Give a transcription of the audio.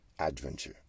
adventure